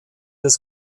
des